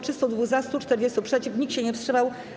302 - za, 140 - przeciw, nikt się nie wstrzymał.